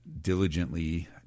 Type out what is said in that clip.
diligently